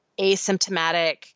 asymptomatic